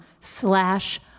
slash